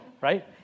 right